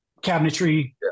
cabinetry